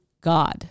God